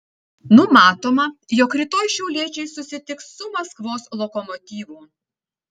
numatoma jog rytoj šiauliečiai susitiks su maskvos lokomotyvu